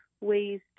ways